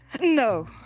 No